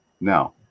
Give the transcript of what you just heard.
now